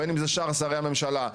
בין אם זה שאר שרי הממשלה,